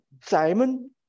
Simon